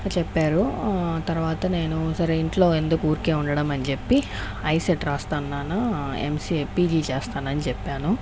చెప్పారు తర్వాత నేను సరే ఇంట్లో ఎందుకు ఊరికే ఉండడం అని చెప్పి ఐసెట్ రాస్తాను నాన్న ఎంసిఏ పీజీ చేస్తానని చెప్పాను